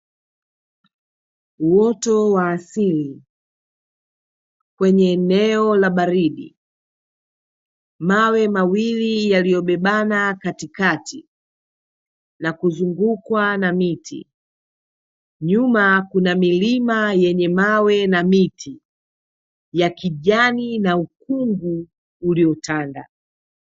Uoto wa asili kwenye eneo la baridi, mawe mawili yaliyobebana katikati na kuzungukwa na miti. Nyuma kuna milima yenye mawe na miti ya kijani na ukungu uliotanda.